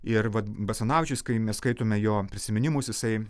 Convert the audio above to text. ir vat basanavičius kai mes skaitome jo prisiminimus jisai